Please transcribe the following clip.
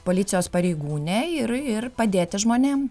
policijos pareigūne ir ir padėti žmonėm